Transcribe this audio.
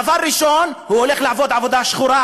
דבר ראשון הוא הולך לעבוד בעבודה שחורה,